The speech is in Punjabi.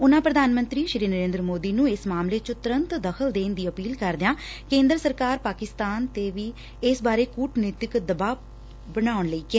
ਉਨਾਂ ਪ੍ਰਧਾਨ ਮੰਤਰੀ ਨਰਿੰਦਰ ਮੋਦੀ ਨੂੰ ਇਸ ਮਾਮਲੇ ਚ ਤੁਰੰਤ ਦਖ਼ਲ ਦੇਣ ਦੀ ਅਪੀਲ ਕਰਦਿਆਂ ਕੇਂਦਰ ਸਰਕਾਰ ਪਾਕਿਸਤਾਨ ਤੇ ਵੀ ਇਸ ਬਾਰੇ ਕੁਟਨੀਤਕ ਦਬਾਅ ਬਣਾਉਣ ਲਈ ਕਿਹਾ